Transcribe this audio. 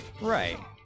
Right